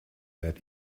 that